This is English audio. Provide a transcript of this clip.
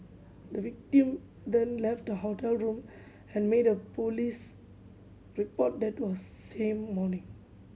the victim then left the hotel room and made a police report that was same morning